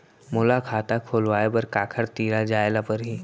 मोला खाता खोलवाय बर काखर तिरा जाय ल परही?